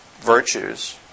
virtues